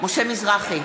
משה מזרחי,